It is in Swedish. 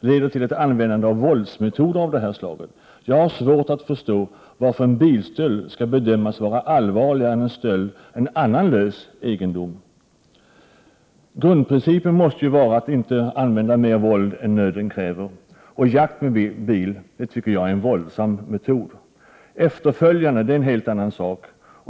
leder till användandet av våldsmetoder av detta slag. Jag har svårt att förstå varför en bilstöld skall bedömas vara allvarligare än stöld av annan lös egendom. Grundprincipen måste ju vara att inte använda mer våld än nöden kräver. Att utöva jakt med bil tycker jag är en våldsam metod. Efterföljande är en helt annan sak.